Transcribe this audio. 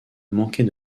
manquer